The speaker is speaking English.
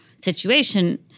situation